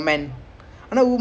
ஆமா ஆமா:aamaa aamaa